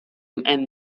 and